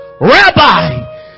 Rabbi